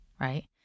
right